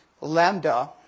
Lambda